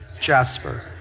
Jasper